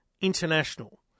international